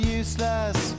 useless